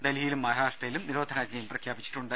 ഡൽഹിയിലും മഹാരാഷ്ട്രയിലും നിരോധനാജ്ഞയും പ്രഖ്യാപിച്ചിട്ടുണ്ട്